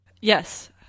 Yes